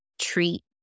treat